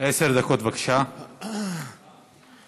שלושתם לפרוטוקול כתומכים בהצעת